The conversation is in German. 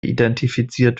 identifiziert